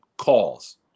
Calls